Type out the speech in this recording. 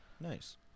Nice